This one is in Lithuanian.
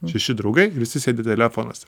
šeši draugai ir visi sėdi telefonuose